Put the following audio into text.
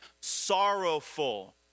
sorrowful